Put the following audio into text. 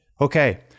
Okay